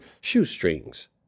shoestrings